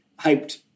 hyped